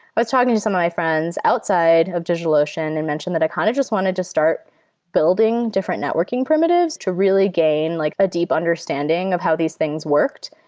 but talking to some of my friends outside of digitalocean, i and mentioned that i kind of just wanted to start building different networking primitives to really gain like a deep understanding of how these things worked.